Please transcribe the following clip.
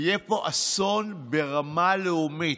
יהיה פה אסון ברמה לאומית,